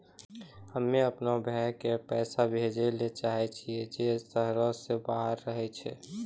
हम्मे अपनो भाय के पैसा भेजै ले चाहै छियै जे शहरो से बाहर रहै छै